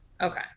Okay